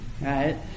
right